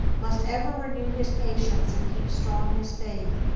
must ever renew his patience and keep strong his faith,